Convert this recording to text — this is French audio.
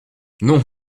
non